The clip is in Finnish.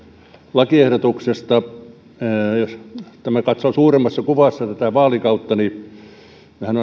lakiehdotuksesta jos katsoo suuremmassa kuvassa tätä vaalikautta niin mehän